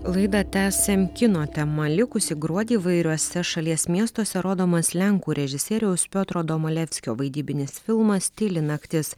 laidą tęsiam kino tema likusį gruodį įvairiuose šalies miestuose rodomas lenkų režisieriaus piotro domalevskio vaidybinis filmas tyli naktis